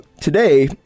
today